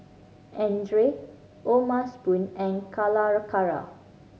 Andre O'ma Spoon and Calacara